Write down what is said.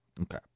Okay